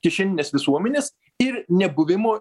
kišeninės visuomenės ir nebuvimo